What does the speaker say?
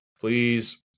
Please